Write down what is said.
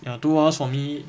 ya two hours for me